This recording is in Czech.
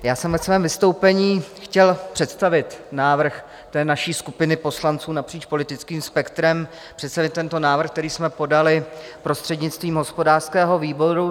Já jsem ve svém vystoupení chtěl představit návrh naší skupiny poslanců napříč politickým spektrem, představit tento návrh, který jsme podali prostřednictvím hospodářského výboru.